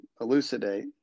elucidate